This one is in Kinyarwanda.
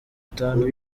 tanu